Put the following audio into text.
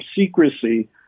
secrecy